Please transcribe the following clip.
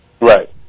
right